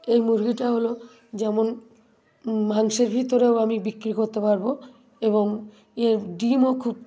এই মুরগিটা হলো যেমন মাংসের ভিতরেও আমি বিক্রি করতে পারবো এবং এর ডিমও খুব